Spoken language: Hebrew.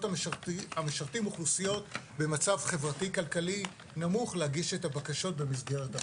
המשרתים אוכלוסיות במצב חברתי כלכלי נמוך להגיש את הבקשות במסגרת החוק.